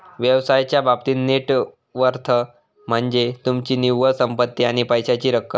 व्यवसायाच्या बाबतीत net worth म्हनज्ये तुमची निव्वळ संपत्ती आणि पैशाची रक्कम